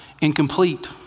incomplete